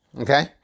okay